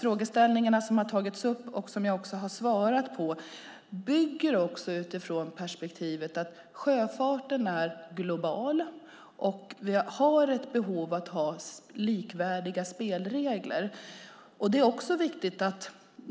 Frågeställningarna som har tagits upp, och som jag också har svarat på, bygger på perspektivet att sjöfarten är global och att vi har ett behov av likvärdiga spelregler.